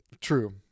True